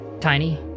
Tiny